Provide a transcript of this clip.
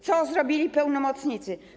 Co zrobili pełnomocnicy?